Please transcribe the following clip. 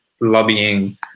lobbying